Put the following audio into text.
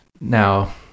now